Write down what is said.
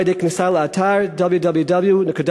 או על-ידי כניסה לאתר www.itc.gov.il.